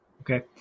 Okay